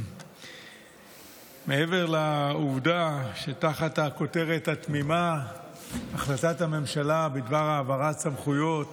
מעבר לעובדה שתחת הכותרת התמימה "החלטת הממשלה בדבר העברת סמכויות